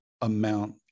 amount